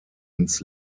ins